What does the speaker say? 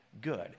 good